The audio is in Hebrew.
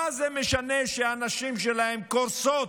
מה זה משנה שהנשים שלהם קורסות?